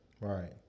Right